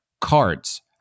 cards